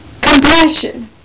compassion